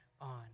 on